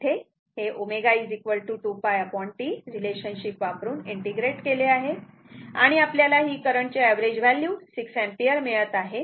तर इथे आपण ω 2π T ते रिलेशनशिप वापरून इंटिग्रेट केले आहे आणि आपल्याला ही करंटची एव्हरेज व्हॅल्यू 6 एम्पिअर मिळत आहे